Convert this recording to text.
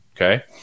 Okay